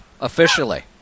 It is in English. officially